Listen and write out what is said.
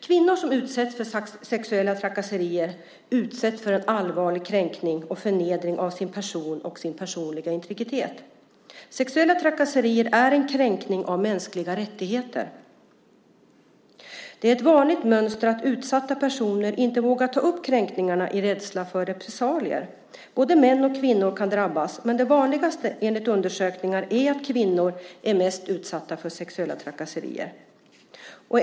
Kvinnor som utsätts för sexuella trakasserier utsätts för en allvarlig kränkning och förnedring av sin person och sin personliga integritet. Sexuella trakasserier är en kränkning av mänskliga rättigheter. Det är ett vanligt mönster att utsatta personer inte vågar ta upp kränkningarna av rädsla för repressalier. Både män och kvinnor kan drabbas, men det vanligaste enligt undersökningar är att kvinnor är mest utsatta för sexuella trakasserier.